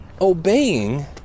obeying